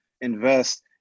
invest